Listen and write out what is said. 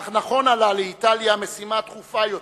אך נכונה לה, לאיטליה, משימה דחופה יותר,